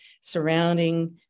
surrounding